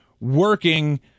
working